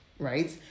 Right